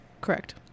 Correct